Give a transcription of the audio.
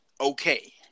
okay